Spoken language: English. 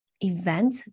event